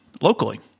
locally